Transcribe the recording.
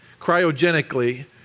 cryogenically